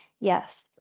Yes